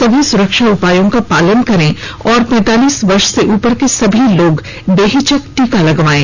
सभी सुरक्षा उपायों का पालन करें और पैंतालीस वर्ष से उपर के सभी लोग बेहिचक टीका लगवायें